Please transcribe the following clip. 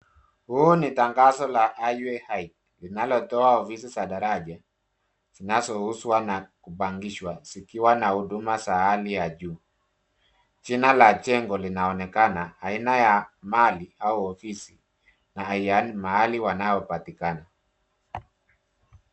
Huu ni tangazo la highway heights, linalotoa ofisi za daraja. Zinazouzwa na kupangishwa zikiwa na huduma za hali ya juu. Jina la jengo linaonekana, aina ya mali au ofisi, na mahali wanapopatikana.